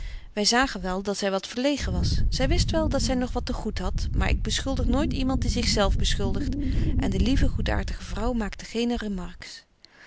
wy zagen wel dat zy wat verleegen was zy wist wel dat zy nog wat te betje wolff en aagje deken historie van mejuffrouw sara burgerhart goed hadt maar ik beschuldig nooit iemand die zich zelf beschuldigt en de lieve goedaartige vrouw maakte geene